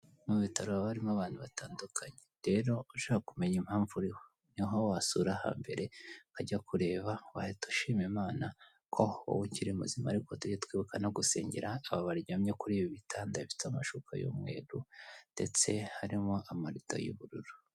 Mu bitaro haba harimo abantu batandukanye, rero ushaka kumenya impamvu uriho, niho wasura ha mbere, wajya kureba wahita ushima Imana ko wowe ukiri muzima, ariko tujye twibuka no gusengera aba baryamye kuri ibi bitanda bifite amashuka y'umweru, ndetse harimo amarido y'ubururu.